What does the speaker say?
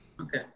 Okay